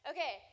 Okay